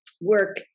work